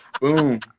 Boom